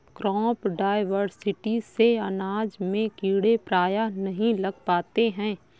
crop diversity से अनाज में कीड़े प्रायः नहीं लग पाते हैं